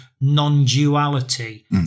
non-duality